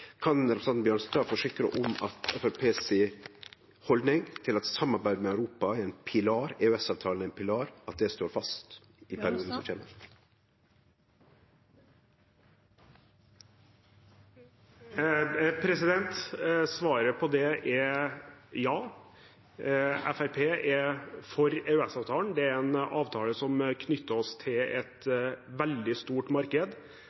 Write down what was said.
Kan representanten Bjørnstad forsikre om at Framstegspartiets haldning til at samarbeid med Europa og EØS-avtalen er ein pilar, står fast i perioden som kjem? Svaret på det er ja. Fremskrittspartiet er for EØS-avtalen. Det er en avtale som knytter oss til et veldig stort marked,